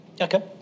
Okay